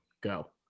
go